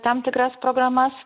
tam tikras programas